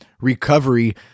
recovery